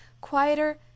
quieter